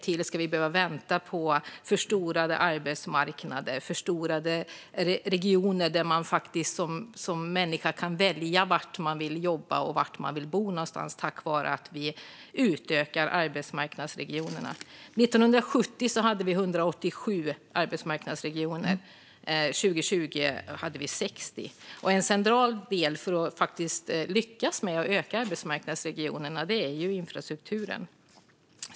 Hur länge ska vi behöva vänta på förstorade arbetsmarknader? Det handlar alltså om förstorade regioner - att man som människa kan välja var man vill jobba och var man vill bo tack vare att vi utökar arbetsmarknadsregionerna. År 1970 hade vi 187 arbetsmarknadsregioner; 2020 hade vi 60 stycken. En central del för att lyckas med att utöka arbetsmarknadsregionerna är infrastrukturen.